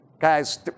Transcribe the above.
Guys